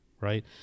right